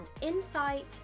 insight